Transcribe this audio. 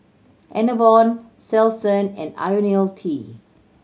Enervon Selsun and Ionil T